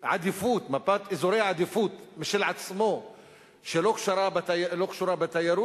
אזורי עדיפות משל עצמו שלא קשורה בתיירות,